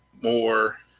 more